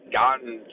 gotten